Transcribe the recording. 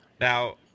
Now